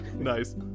Nice